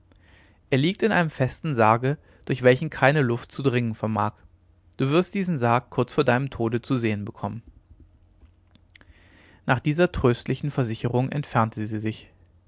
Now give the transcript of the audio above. er liegt in einem festen sarge durch welchen keine luft zu dringen vermag du wirst diesen sarg kurz vor deinem tode zu sehen bekommen nach dieser tröstlichen versicherung entfernte sie sich